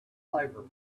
favor